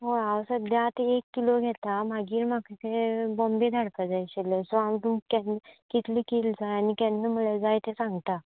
हय हांव सध्या आता एक किलो घेता मागीर म्हाका तें बोंम्बे धाडपा जाय आशिल्ल्यो सो हांव तुमका केन्ना कितले किल जाय आनी केन्ना म्हळ्यार जाय ते सांगता